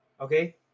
okay